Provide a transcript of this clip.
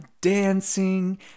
dancing